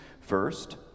first